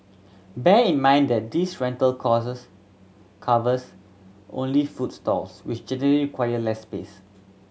bear in mind that this rental costs covers only food stalls which generally require less space